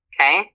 Okay